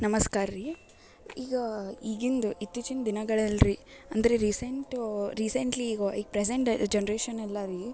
ನಮಸ್ಕಾರ ರೀ ಈಗ ಈಗಿಂದು ಇತ್ತೀಚಿನ ದಿನಗಳಲ್ರಿ ಅಂದರೆ ರೀಸೆಂಟು ರೀಸೆಂಟ್ಲಿ ಈಗ ಈಗ ಪ್ರೆಸೆಂಟ್ ಜನ್ರೇಷನೆಲ್ಲ ರೀ